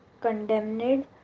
condemned